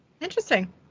Interesting